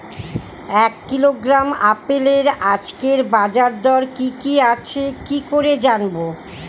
এক কিলোগ্রাম আপেলের আজকের বাজার দর কি কি আছে কি করে জানবো?